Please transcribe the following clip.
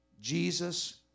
Jesus